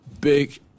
big